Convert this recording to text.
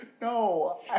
no